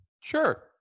Sure